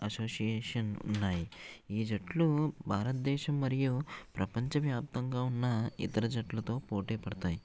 association ఉన్నాయి ఈ జట్లు భారతదేశం మరియు ప్రపంచ వ్యాప్తంగా ఉన్న ఇతర జట్లలతో పోటీ పడతాయి